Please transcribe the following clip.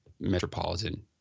metropolitan